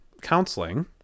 counseling